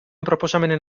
proposamenen